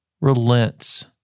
relents